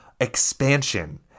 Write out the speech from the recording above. expansion